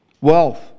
Wealth